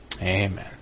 Amen